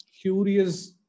curious